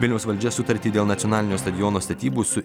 vilniaus valdžia sutartį dėl nacionalinio stadiono statybų su